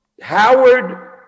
Howard